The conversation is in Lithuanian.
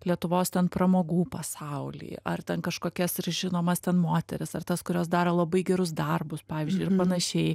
lietuvos pramogų pasaulį ar ten kažkokias ir žinomas ten moteris ar tas kurios daro labai gerus darbus pavyzdžiui ir panašiai